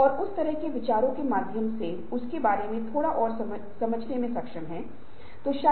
फिर एक नए संगठनात्मक प्रणाली को बनाने और बनाए रखने परिवर्तनों को शामिल करना चाहिए